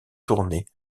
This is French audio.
tournée